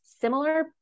similar